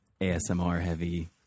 ASMR-heavy